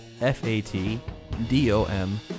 F-A-T-D-O-M